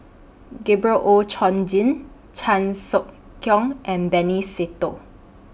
Gabriel Oon Chong Jin Chan Sek Keong and Benny Se Teo